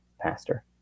pastor